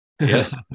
yes